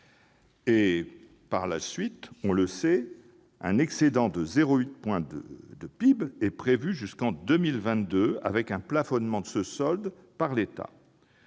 Par la suite, on le sait, un excédent de 0,8 point de PIB est prévu jusqu'en 2022, avec un plafonnement de ce solde par l'État.